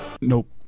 Nope